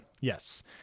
Yes